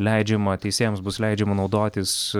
leidžiama teisėjams bus leidžiama naudotis